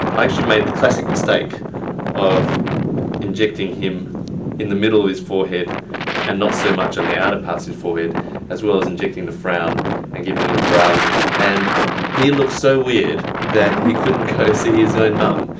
actually made the classic mistake of injecting him in the middle of his forehead and not so much on the outer parts of the forehead as well as injecting the frown and giving him brow lift. and he looked so weird that he couldn't go see his own mom.